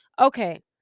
Okay